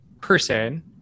person